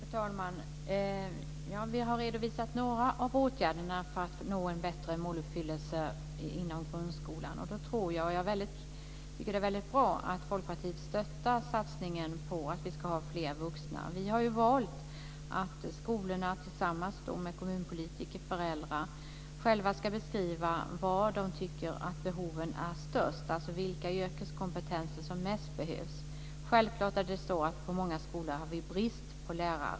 Fru talman! Vi har redovisat några av åtgärderna för att nå en bättre måluppfyllelse inom grundskolan. Jag tycker att det är väldigt bra att Folkpartiet stöttar satsningen på fler vuxna. Vi har valt att låta skolorna tillsammans med kommunpolitiker och föräldrar själva beskriva var de tycker att behoven är störst, dvs. vilka yrkeskompetenser som behövs mest. Självklart har vi på många skolor brist på lärare.